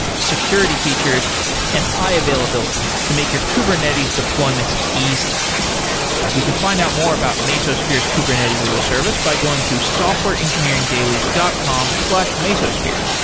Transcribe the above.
security features and high availability, to make your kubernetes deployments easy you can find out more about mesosphere's kubernetes as a service by going to softwareengineeringdaily dot com slash mesosphere.